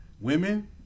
Women